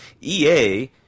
EA